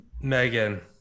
Megan